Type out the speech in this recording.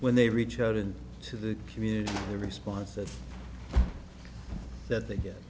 when they reach out and to the community their response is that they get